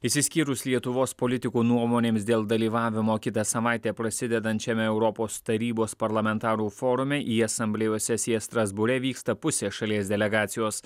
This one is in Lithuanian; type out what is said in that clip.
išsiskyrus lietuvos politikų nuomonėms dėl dalyvavimo kitą savaitę prasidedančiame europos tarybos parlamentarų forume į asamblėjos sesiją strasbūre vyksta pusė šalies delegacijos